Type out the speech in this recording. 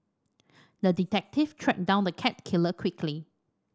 the detective tracked down the cat killer quickly